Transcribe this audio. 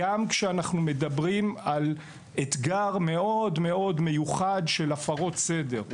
גם כשאנחנו מדברים על אתגר מאוד מאוד מיוחד של הפרות הסדר.